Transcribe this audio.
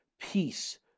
peace